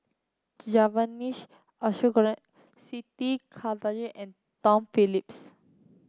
Ashok Ghari Siti Khalijah and Tom Phillips